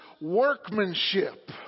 workmanship